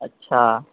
अच्छा